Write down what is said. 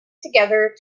together